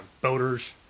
boaters